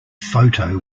photo